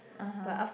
(uh huh)